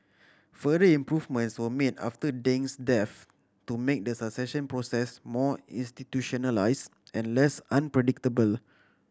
further improvements were made after Deng's death to make the succession process more institutionalised and less unpredictable